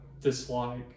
dislike